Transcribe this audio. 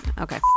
Okay